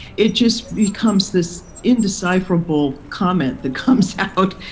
it just becomes this indecipherable comment that comes out.